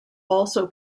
also